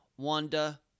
wanda